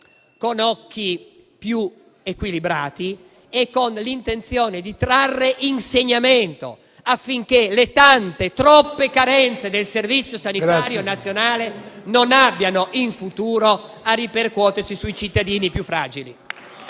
con occhi più equilibrati e con l'intenzione di trarne un insegnamento, affinché le tante, troppe carenze del Servizio sanitario nazionale non abbiano in futuro a ripercuotersi sui cittadini più fragili.